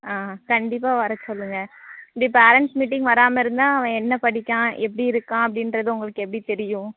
ஆ கண்டிப்பாக வரச்சொல்லுங்கள் இப்படி பேரண்ட்ஸ் மீட்டிங் வராமல் இருந்தால் அவன் என்ன படிக்கான் எப்படி இருக்கான் அப்படின்றது உங்களுக்கு எப்படி தெரியும்